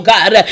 God